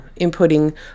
inputting